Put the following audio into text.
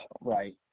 Right